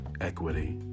equity